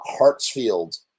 Hartsfield